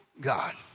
God